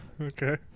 Okay